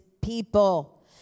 people